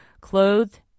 clothed